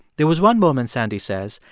there was one moment, sandy says,